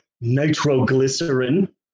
nitroglycerin